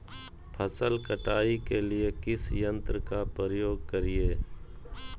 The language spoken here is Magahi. फसल कटाई के लिए किस यंत्र का प्रयोग करिये?